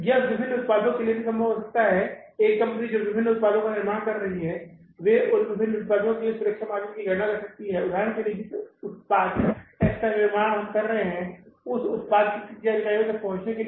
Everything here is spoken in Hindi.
यह विभिन्न उत्पादों के लिए भी संभव हो सकता है एक कंपनी जो विभिन्न उत्पादों का निर्माण कर रही है वे उन विभिन्न उत्पादों के लिए सुरक्षा के मार्जिन की गणना कर सकते हैं उदाहरण के लिए जिस उत्पाद X का हम निर्माण कर रहे हैं और उस उत्पाद की 30000 इकाइयों तक आप पहुंच रहे हैं